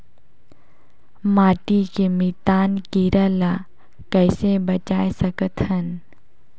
माटी के मितान कीरा ल कइसे बचाय सकत हन?